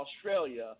Australia